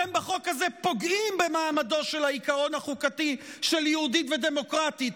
אתם בחוק הזה פוגעים במעמד העיקרון החוקתי של "יהודית ודמוקרטית",